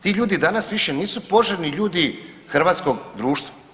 Ti ljudi danas više nisu poželjni ljudi hrvatskog društva.